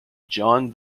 john